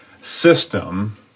system